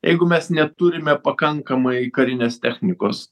jeigu mes neturime pakankamai karinės technikos